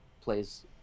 plays